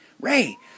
Ray